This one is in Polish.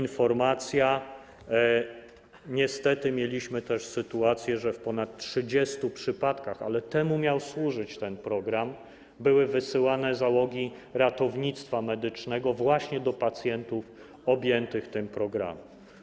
Niestety mieliśmy też sytuację, że w ponad 30 przypadkach - ale temu miał służyć ten program - były wysyłane załogi ratownictwa medycznego właśnie do pacjentów objętych tym programem.